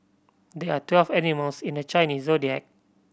there are twelve animals in the Chinese Zodiac